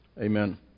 amen